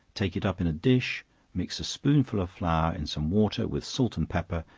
take it up in a dish mix a spoonful of flour in some water with salt and pepper,